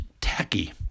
tacky